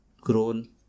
grown